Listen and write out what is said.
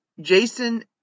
Jason